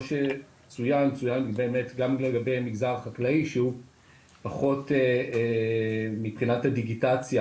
צוין גם לגבי המגזר החקלאי שהוא פחות מבחינת הדיגיטציה.